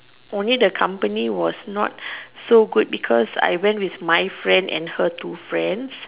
only the company was not so good because I went my friend and her two friends